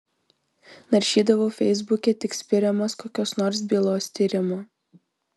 naršydavau feisbuke tik spiriamas kokios nors bylos tyrimo